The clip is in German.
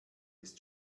ist